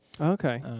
Okay